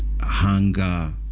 hunger